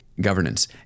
governance